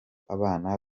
abana